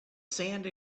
sand